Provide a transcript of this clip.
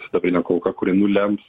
sidabrine kulka kuri nulems